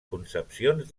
concepcions